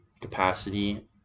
capacity